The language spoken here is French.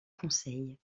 conseil